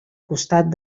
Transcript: costat